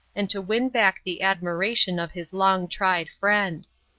and to win back the admiration of his long-tried friend.